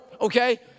okay